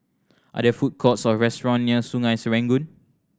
are there food courts or restaurant near Sungei Serangoon